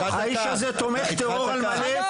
האיש הזה תומך טרור על מלא,